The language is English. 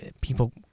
people